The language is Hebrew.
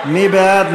מי בעד?